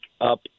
up